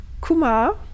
Kumar